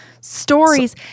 stories